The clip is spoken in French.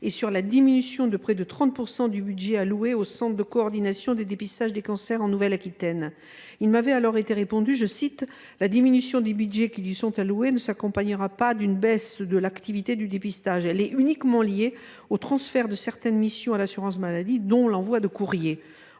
que sur la diminution de près de 30 % du budget alloué au centre de coordination des dépistages des cancers en Nouvelle Aquitaine. Il m’avait alors été répondu ceci :« La diminution des budgets qui lui sont alloués ne s’accompagnera pas d’une baisse de l’activité de dépistage. Elle est uniquement liée au transfert de certaines missions à l’assurance maladie, dont l’envoi de courriers. »